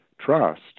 trust